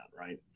right